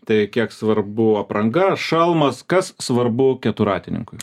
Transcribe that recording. tai kiek svarbu apranga šalmas kas svarbu keturratininkui